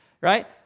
right